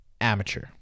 amateur